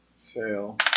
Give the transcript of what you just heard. Fail